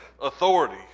authority